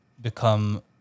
become